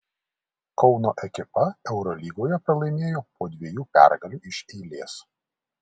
kauno ekipa eurolygoje pralaimėjo po dviejų pergalių iš eilės